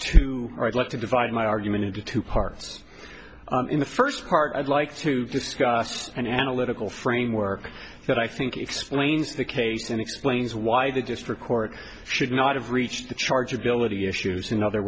or i'd like to divide my argument into two parts in the first part i'd like to discuss an analytical framework that i think explains the case and explains why the district court should not have reached the charge ability issues in other